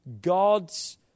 God's